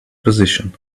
position